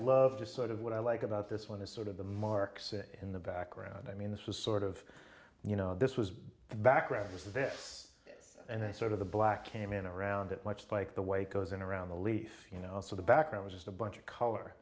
love just sort of what i like about this one is sort of the mark say in the background i mean this was sort of you know this was the background this is ifs and i sort of the black came in around it much like the way it goes in around the leaf you know also the background was just a bunch of color